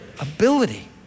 Ability